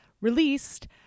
Released